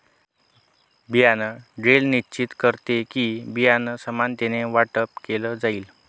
बियाण ड्रिल निश्चित करते कि, बियाणं समानतेने वाटप केलं जाईल